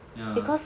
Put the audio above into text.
ya